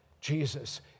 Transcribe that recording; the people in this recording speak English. Jesus